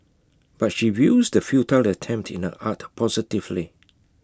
but she views the futile attempt in her art positively